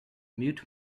mute